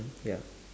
ya